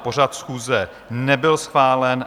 Pořad schůze nebyl schválen.